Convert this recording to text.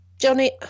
Johnny